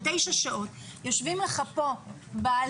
של תשע שעות; יושבים לך פה בעלים,